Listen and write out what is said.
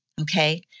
okay